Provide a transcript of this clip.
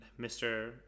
Mr